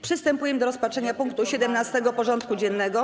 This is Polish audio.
Przystępujemy do rozpatrzenia punktu 17. porządku dziennego.